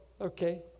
okay